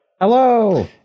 Hello